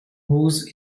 whose